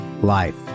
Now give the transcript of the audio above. life